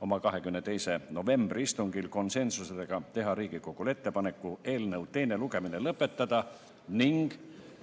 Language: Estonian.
oma 22. novembri istungil (konsensusega) teha Riigikogule ettepaneku eelnõu teine lugemine lõpetada, ning